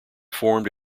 formed